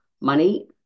Money